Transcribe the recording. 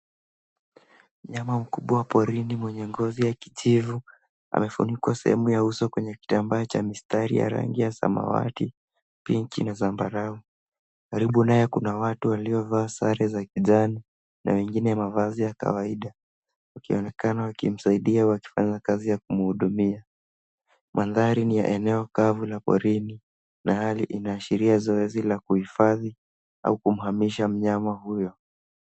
Mnyama mkubwa wa porini mwenye ngozi ya kijivu amefunikwa sehemu ya uso kwenye kitamba cha mistari ya rangi ya samawati, pinki na zambarau. Karibu naye kuna watu waliovaa sare za kijani na wengine mavazi ya kawaida wakionekana wakimsaidia wakifanya kazi ya kumhudumia. Mandhari ni ya eneo kavu la porini na hali ina ashria zoezi la kuhifadhi au kumhamisha mnyama huyo.